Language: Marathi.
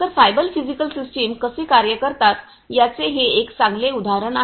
तर सायबर फिजिकल सिस्टम कसे कार्य करतात याचे हे एक चांगले उदाहरण आहे